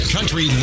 Country